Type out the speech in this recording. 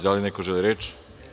Da li neko želi reč?